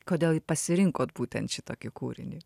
kodėl pasirinkot būtent šitokį kūrinį